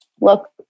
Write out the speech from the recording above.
look